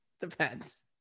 depends